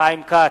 חיים כץ,